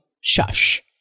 Shush